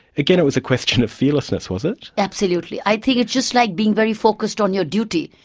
again it was a question of fearlessness, was it? absolutely. i think it's just like being very focused on your duty,